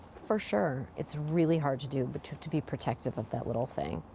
for sure, it's really hard to do, but to to be protective of that little thing.